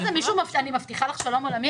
מה זה, אני מבטיחה לך שלום עולמי?